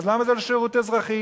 אז למה זה לא שירות אזרחי?